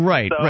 Right